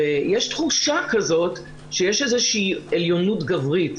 יש תחושה כזאת שיש איזושהי עליונות גברית.